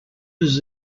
does